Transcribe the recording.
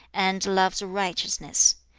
and loves righteousness.